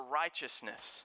righteousness